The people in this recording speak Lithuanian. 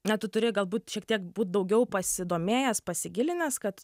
na tu turi galbūt šiek tiek būt daugiau pasidomėjęs pasigilinęs kad